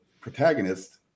protagonist